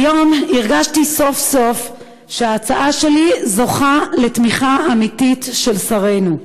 היום הרגשתי סוף-סוף שההצעה שלי זוכה לתמיכה אמיתית של שרינו.